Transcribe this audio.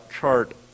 chart